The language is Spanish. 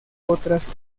otras